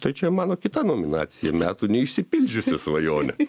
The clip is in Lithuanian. tai čia mano kita nominacija metų neišsipildžiusi svajonė